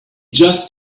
just